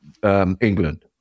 England